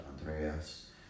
Andreas